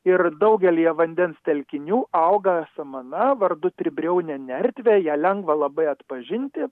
ir daugelyje vandens telkinių auga samana vardu tribriaunė nerdvė ją lengva labai atpažinti